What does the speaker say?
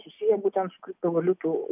susiję būtent su kriptovaliutų